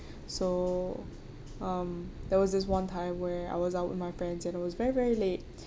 so um there was this one time where I was out with my friends and it was very very late